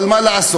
אבל מה לעשות,